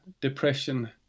depression